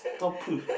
stop